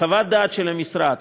חוות הדעת של המשרד,